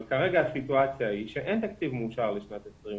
אבל כרגע הסיטואציה היא שאין תקציב מאושר לשנת 2020,